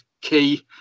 key